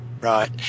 Right